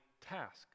task